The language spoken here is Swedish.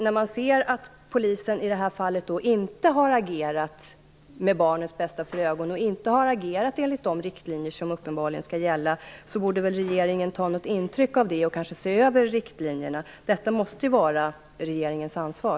När man ser att polisen i det här fallet inte har agerat med barnens bästa för ögonen eller enligt de riktlinjer som uppenbarligen skall gälla borde väl regeringen ta intryck av det och kanske se över riktlinjerna. Detta måste ju vara regeringens ansvar.